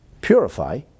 purify